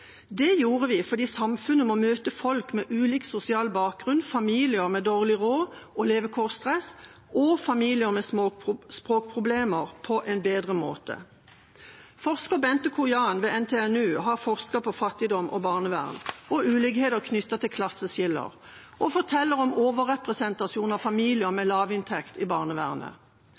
Det gjorde vi fordi samfunnet må møte folk med ulik sosial bakgrunn, familier med dårlig råd og levekårsstress og familier med språkproblemer på en bedre måte. Forsker Bente Kojan ved NTNU har forsket på fattigdom og barnevern og ulikheter knyttet til klasseskiller. Hun forteller om en overrepresentasjon av familier med lavinntekt i barnevernet.